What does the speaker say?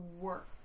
work